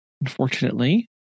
unfortunately